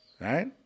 Right